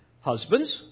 Husbands